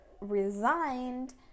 resigned